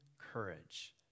courage